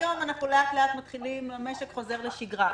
היום לאט-לאט המשק חוזר לשגרה,